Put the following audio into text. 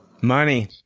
Money